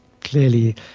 clearly